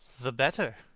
the better!